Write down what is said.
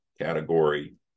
category